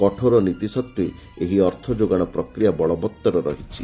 କଠୋର ନୀତି ସତ୍ତ୍ୱେ ଏହି ଅର୍ଥ ଯୋଗାଣ ପ୍ରକ୍ରିୟା ବଳବତ୍ତର ରହିଛି